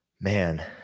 man